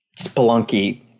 Spelunky